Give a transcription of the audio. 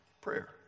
Prayer